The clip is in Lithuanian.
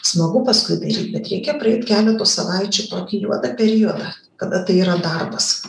smagu paskui daryt bet reikia praeit keleto savaičių tokį juodą periodą kada tai yra darbas